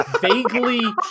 vaguely